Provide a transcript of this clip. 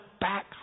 back